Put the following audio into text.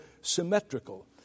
symmetrical